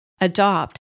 adopt